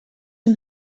een